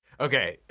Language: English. okay,